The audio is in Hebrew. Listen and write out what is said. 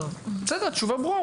בסדר, התשובה ברורה.